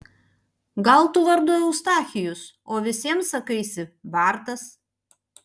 gal tu vardu eustachijus o visiems sakaisi bartas